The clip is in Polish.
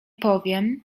powiem